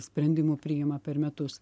sprendimų priima per metus